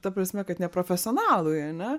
ta prasme kad neprofesionalui ane